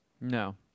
No